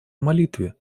молитве